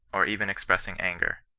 or even expressing anger.